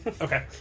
Okay